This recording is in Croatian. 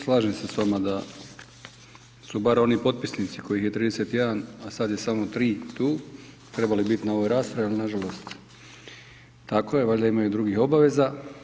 Slažem se s vama da su barem oni potpisnici kojih je 31, a sad je samo 3 tu trebali biti na ovoj raspravi, ali nažalost tako je valjda imaju drugih obaveza.